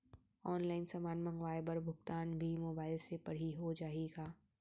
Online समान मंगवाय बर भुगतान भी मोबाइल से पड़ही हो जाही का?